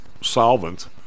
solvent